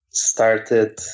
Started